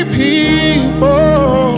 people